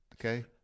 okay